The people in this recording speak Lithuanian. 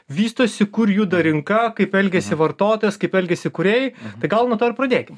vystosi kur juda rinka kaip elgiasi vartotojas kaip elgiasi kūrėjai tai gal nuo to ir pradėkim